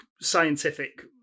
scientific